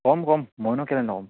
কম কম মইনো কেলেই নকম